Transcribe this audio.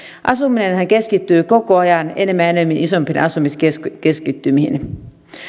asuminenhan keskittyy koko ajan enemmän ja enemmän isompiin asumiskeskittymiin